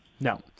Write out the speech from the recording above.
No